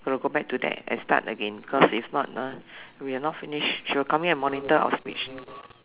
got to go back to there and start again cause if not ah we are not finish she will come in and monitor our speech